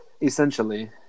Essentially